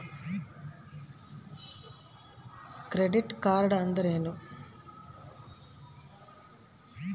Credit card ಅಂದ್ರೇನು?